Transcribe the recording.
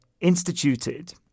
instituted